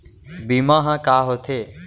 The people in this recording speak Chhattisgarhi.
बीमा ह का होथे?